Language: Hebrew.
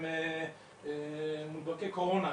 אתם מודבקי קורונה,